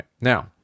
Now